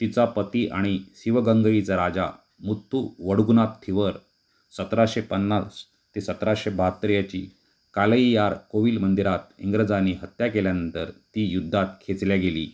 तिचा पती आणि सिवगंगरीचा राजा मुत्थू वडुगनाथ थीवर सतराशे पन्नास ते सतराशे बाहत्तर याची कालैयार कोविल मंदिरात इंग्रजांनी हत्या केल्यानंतर ती युद्धात खेचल्या गेली